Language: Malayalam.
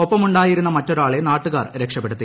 ഒപ്പമുണ്ടായിരുന്ന മറ്റൊരാളെ നാട്ടുകാർ രക്ഷപെടുത്തി